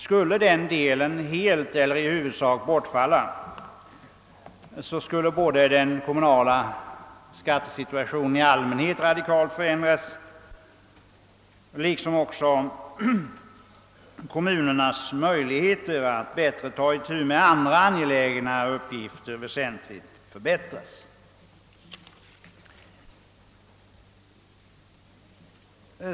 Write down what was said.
Skulle den delen helt eller i huvudsak bortfalla skulle både den kommunala skattesituationen i allmänhet radikalt förändras och kommunernas möjligheter att bättre ta itu med andra angelägna uppgifter väsentligt förbättras.